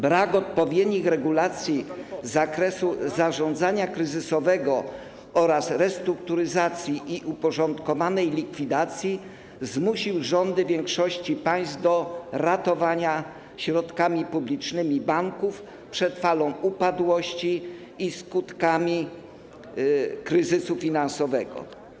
Brak odpowiednich regulacji z zakresu zarządzania kryzysowego oraz restrukturyzacji i uporządkowanej likwidacji zmusił rządy większości państw do ratowania środkami publicznymi banków przed falą upadłości i skutkami kryzysu finansowego.